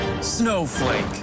Snowflake